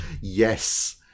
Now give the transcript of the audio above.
Yes